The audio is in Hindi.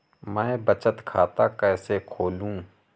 मैं बचत खाता कैसे खोलूँ?